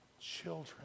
children